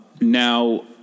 now